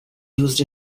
used